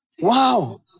Wow